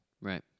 Right